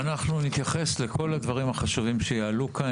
נתייחס לכל הדברים החשובים שיעלו כאן.